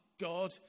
God